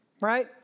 Right